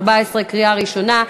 קריאה ראשונה.